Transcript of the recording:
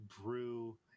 Brew